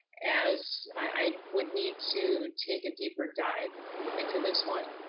as i would need to take a deeper dive into this one.